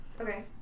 Okay